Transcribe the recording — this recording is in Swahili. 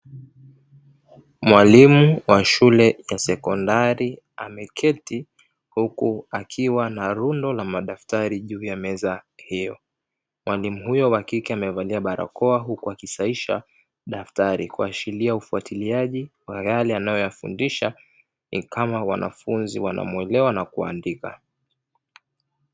Mwalimu wa shule ya sekondari ameketi huku akiwa na rundo la madaftari juu ya meza hiyo, mwalimu huyo wa kike amevalia barakoa huku akisahisha daftari kuashiria ufuatiliaji wa yale anayoyafundisha kama wanafunzi wanamuelewa na kuandika.